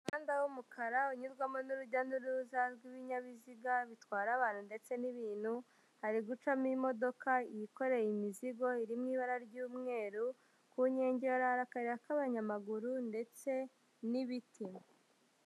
Umuhanda w'umukara unyurwamo n'urujya n'uruza rw'ibinyabiziga bitwara abantu ndetse n'ibintu, hari gucamo imodoka yikoreye imizigo, iri mu ibara ry'umweru, ku nkengero hari akayira k'abanyamaguru ndetse n'ibiti.